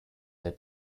der